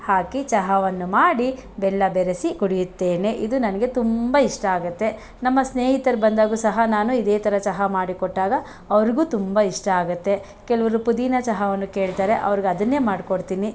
ಹಾಕಿ ಚಹಾವನ್ನು ಮಾಡಿ ಬೆಲ್ಲ ಬೆರಸಿ ಕುಡಿಯುತ್ತೇನೆ ಇದು ನನಗೆ ತುಂಬ ಇಷ್ಟ ಆಗುತ್ತೆ ನಮ್ಮ ಸ್ನೇಹಿತ್ರು ಬಂದಾಗು ಸಹ ನಾನು ಇದೇ ಥರ ಚಹಾ ಮಾಡಿಕೊಟ್ಟಾಗ ಅವ್ರಿಗೂ ತುಂಬ ಇಷ್ಟ ಆಗುತ್ತೆ ಕೆಲವರು ಪುದೀನ ಚಹಾವನ್ನು ಕೇಳ್ತಾರೆ ಅವ್ರಿಗೆ ಅದನ್ನೇ ಮಾಡಿಕೊಡ್ತಿನಿ